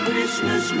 Christmas